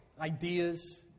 ideas